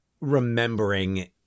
remembering